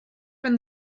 from